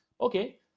Okay